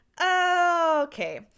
okay